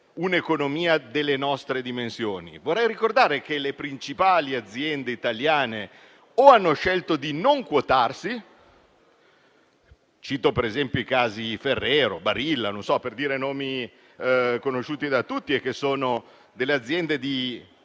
un'economia delle nostre dimensioni. Si pensi che alcune delle principali aziende italiane hanno scelto di non quotarsi: cito, per esempio, i casi Ferrero o Barilla, per dire nomi conosciuti da tutti, che sono aziende di